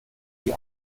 wie